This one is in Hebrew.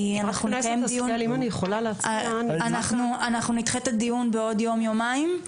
אנחנו נדחה את הדיון בעוד יום-יומיים,